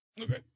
Okay